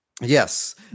Yes